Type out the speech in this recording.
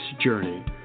journey